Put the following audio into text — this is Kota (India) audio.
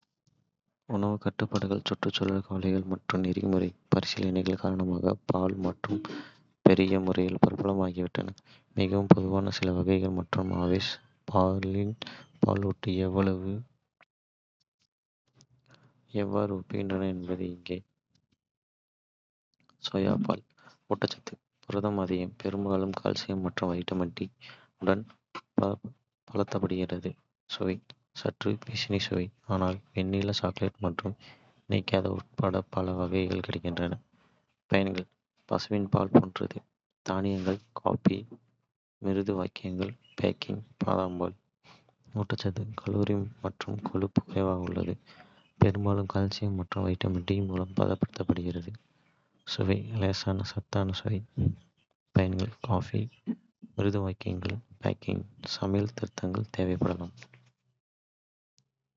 உணவு கட்டுப்பாடுகள், சுற்றுச்சூழல் கவலைகள் மற்றும் நெறிமுறை பரிசீலனைகள் காரணமாக பால் மாற்றுகள் பெருகிய முறையில் பிரபலமாகிவிட்டன. மிகவும் பொதுவான சில வகைகள் மற்றும் அவை பசுவின் பாலுடன் எவ்வாறு ஒப்பிடுகின்றன என்பது இங்கே. சோயா பால். ஊட்டச்சத்து புரதம் அதிகம், பெரும்பாலும் கால்சியம் மற்றும் வைட்டமின் டி உடன் பலப்படுத்தப்படுகிறது. சுவை: சற்று பீனி சுவை, ஆனால் வெண்ணிலா, சாக்லேட் மற்றும் இனிக்காதது உட்பட பல வகைகள் கிடைக்கின்றன. பயன்கள்: பசுவின் பால் போன்றது - தானியங்கள், காபி, மிருதுவாக்கிகள், பேக்கிங். பாதாம் பால். ஊட்டச்சத்து கலோரிகள் மற்றும் கொழுப்பு குறைவாக உள்ளது, பெரும்பாலும் கால்சியம் மற்றும் வைட்டமின் டி மூலம் பலப்படுத்தப்படுகிறது. சுவை: லேசான சத்தான சுவை. பயன்கள்: காபி, மிருதுவாக்கிகள், பேக்கிங் சமையல் திருத்தங்கள் தேவைப்படலாம்.